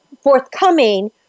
forthcoming